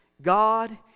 God